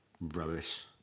Rubbish